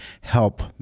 help